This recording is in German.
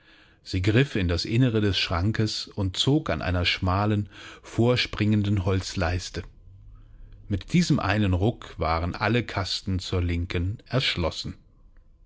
sie griff in das innere des schrankes und zog an einer schmalen vorspringenden holzleiste mit diesem einen ruck waren alle kasten zur linken erschlossen